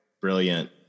Brilliant